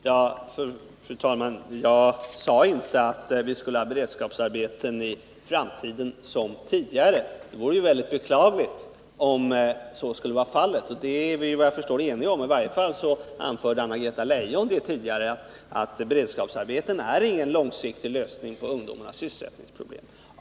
Fru talman! Jag sade inte att vi i framtiden skall ha beredskapsarbeten som tidigare. Det vore väldigt beklagligt om så skulle bli fallet. Det är vi, vad jag förstår, eniga om; i varje fall anförde Anna-Greta Leijon tidigare att beredskapsarbeten inte är någon långsiktig lösning av ungdomarnas sysselsättningsproblem.